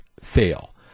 fail